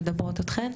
מדברות אתכן.